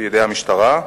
בידי המשטרה.